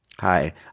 Hi